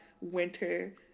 Winter